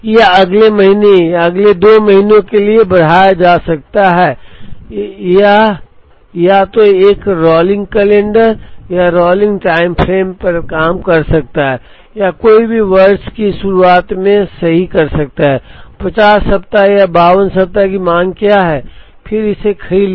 यह अगले महीने या अगले 2 महीनों के लिए बढ़ाया जा सकता है यह या तो एक रोलिंग कैलेंडर या रोलिंग टाइम फ्रेम पर काम कर सकता है या कोई भी वर्ष की शुरुआत में सही कर सकता है 50 सप्ताह या 52 सप्ताह की मांग क्या है और फिर इसे खरीद लिया